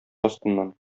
астыннан